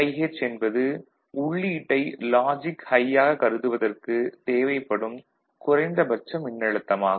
VIH என்பது உள்ளீட்டை logic high யாக கருதுவதற்குத் தேவைப்படும் குறைந்தபட்ச மின்னழுத்தம் ஆகும்